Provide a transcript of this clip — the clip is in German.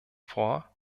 vor